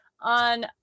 on